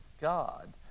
God